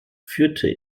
führte